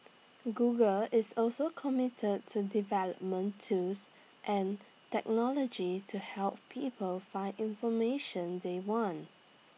Google is also committed to development tools and technology to help people find information they want